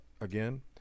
again